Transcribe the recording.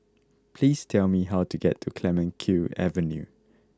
please tell me how to get to Clemenceau Avenue